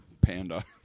Panda